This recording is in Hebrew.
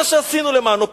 מה שעשינו למענו.